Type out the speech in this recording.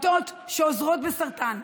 לעמותות שעוזרות בהתמודדות עם סרטן,